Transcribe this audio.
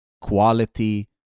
quality